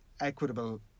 equitable